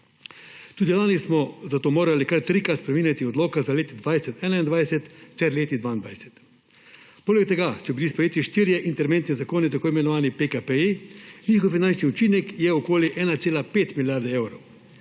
Tudi lani smo zato morali kar trikrat spreminjati odloke za leti 2020, 2021 ter leto 2022. Poleg tega so bili sprejeti štirje interventni zakoni, tako imenovani PKP-ji, njihov finančni učinek je okoli 1,5 milijarde evrov.